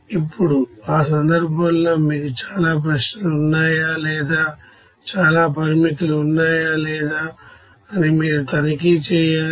ఇప్పుడు ఆ సందర్భంలో మీకు చాలా ప్రశ్నలు ఉన్నాయా లేదా చాలా పరిమితులు ఉన్నాయా లేదా అని మీరు తనిఖీ చేయాలి